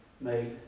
made